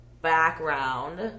background